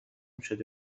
شده